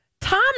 Tom